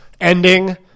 ending